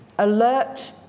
alert